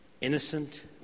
Innocent